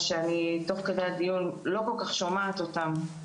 שתוך כדי הדיון אני לא כל כך שומעת אותם.